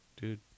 Dude